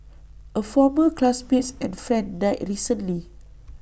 A former classmates and friend died recently